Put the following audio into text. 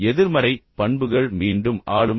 எதிர்மறை பண்புகள் மீண்டும் ஆளுமை